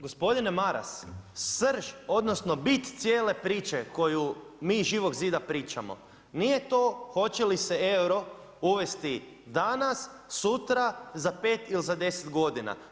Gospodine Maras, srž, odnosno, bit cijele priče koju mi iz Živog zida priča, nije to hoće li se euro uvesti danas, sutra, za 5 ili za 10 godina.